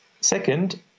Second